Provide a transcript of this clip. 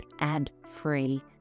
ad-free